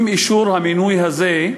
עם אישור המינוי הזה,